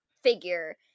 figure